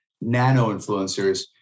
nano-influencers